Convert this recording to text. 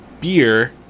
beer